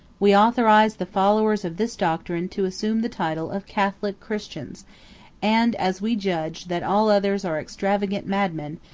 we authorize the followers of this doctrine to assume the title of catholic christians and as we judge, that all others are extravagant madmen,